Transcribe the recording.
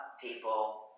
people